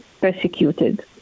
persecuted